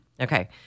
Okay